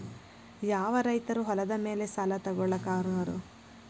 ಯಾವ ರೈತರು ಹೊಲದ ಮೇಲೆ ಸಾಲ ತಗೊಳ್ಳೋಕೆ ಅರ್ಹರು?